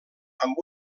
amb